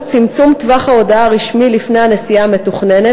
צמצום טווח ההודעה הרשמי לפני הנסיעה המתוכננת,